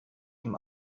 ihm